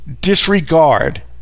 disregard